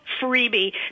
freebie